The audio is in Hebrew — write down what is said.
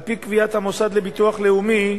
על-פי קביעת המוסד לביטוח לאומי,